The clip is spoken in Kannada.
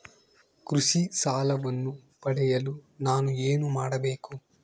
ಕೃಷಿ ಸಾಲವನ್ನು ಪಡೆಯಲು ನಾನು ಏನು ಮಾಡಬೇಕು?